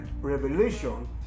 revelation